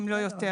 אם לא יותר,